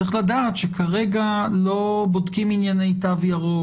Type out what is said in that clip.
צריך לדעת שכרגע לא בודקים ענייני תו ירוק,